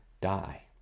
die